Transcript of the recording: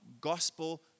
gospel